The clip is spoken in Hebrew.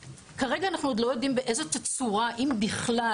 כרגע אנחנו עוד לא יודעים באיזה תצורה אם בכלל,